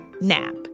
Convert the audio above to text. NAP